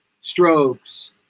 strokes